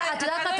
את יודעת מה,